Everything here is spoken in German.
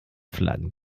flaggen